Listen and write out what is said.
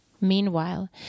Meanwhile